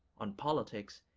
on politics,